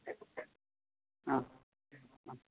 ആ ആ